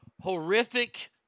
horrific